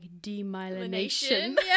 demyelination